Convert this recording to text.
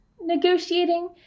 negotiating